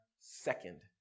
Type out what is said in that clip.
second